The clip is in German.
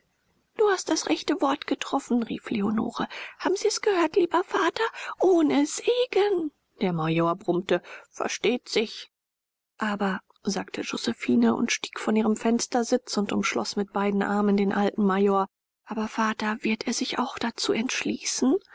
du hast das rechte wort getroffen rief leonore haben sie es gehört lieber vater ohne segen der major brummte versteht sich aber sagte josephine und stieg von ihrem fenstersitz und umschloß mit beiden armen den alten major aber vater wird er sich auch dazu entschließen